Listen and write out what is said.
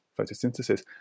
photosynthesis